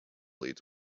leads